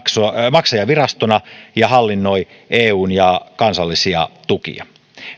maksajavirastona ja hallinnoi eu ja kansallisia tukia